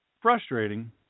frustrating